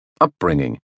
upbringing